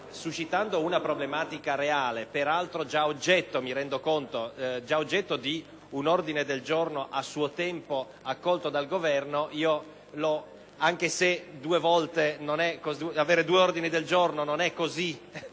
affronta una problematica reale, peraltro già oggetto di un ordine del giorno a suo tempo accolto dal Governo; pertanto, anche se avere due ordini del giorno sulla stessa